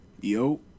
Yo